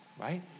right